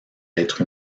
êtres